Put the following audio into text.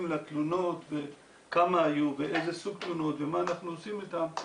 לתלונות וכמה היו ואיזה סוג תלונות ומה אנחנו עושים איתם,